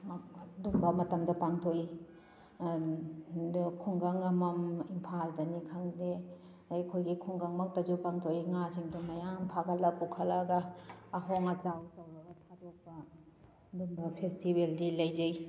ꯑꯗꯨꯒꯨꯝꯕ ꯃꯇꯝꯗ ꯄꯥꯡꯊꯣꯛꯏ ꯑꯗꯣ ꯈꯨꯡꯒꯪ ꯑꯃꯃꯝ ꯏꯝꯐꯥꯜꯗꯅꯤ ꯈꯪꯗꯦ ꯑꯗꯩ ꯑꯩꯈꯣꯏꯒꯤ ꯈꯨꯡꯒꯪ ꯃꯛꯇꯁꯨ ꯄꯥꯡꯊꯣꯛꯏ ꯉꯥꯁꯤꯡꯗꯣ ꯃꯌꯥꯝ ꯐꯥꯒꯠꯂ ꯄꯨꯈꯠꯂꯛꯑꯒ ꯑꯍꯣꯡ ꯑꯆꯥꯎ ꯇꯧꯔꯒ ꯊꯥꯗꯣꯛꯄ ꯑꯗꯨꯝꯕ ꯐꯦꯁꯇꯤꯚꯦꯜꯗꯤ ꯂꯩꯖꯩ